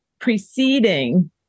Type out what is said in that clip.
preceding